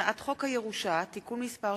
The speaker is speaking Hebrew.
הצעת חוק הירושה (תיקון מס'